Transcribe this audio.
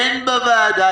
והן בוועדה,